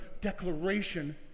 declaration